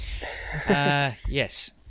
yes